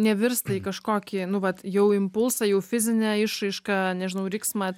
nevirsta į kažkokį nu vat jau impulsą jau fizinę išraišką nežinau riksmą